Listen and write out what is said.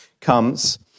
comes